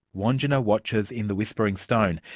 wandjina watchers in the whispering stone,